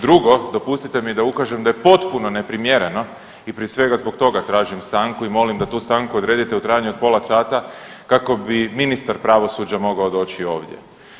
Drugo dopustite mi da ukažem da je potpuno neprimjereno i prije svega zbog tražim stanku i molim da tu stanku odredite u trajanju od pola sata kako bi ministar pravosuđa mogao doći ovdje.